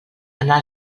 anar